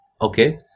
Okay